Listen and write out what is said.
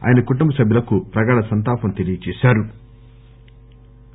ఆయన కుటుంబ సభ్యులకు ప్రగాఢ సంతాపం తెలియజేశారు